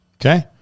okay